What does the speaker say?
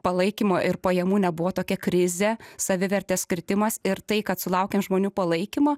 palaikymo ir pajamų nebuvo tokia krizė savivertės kritimas ir tai kad sulaukėm žmonių palaikymo